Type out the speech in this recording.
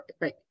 right